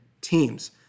teams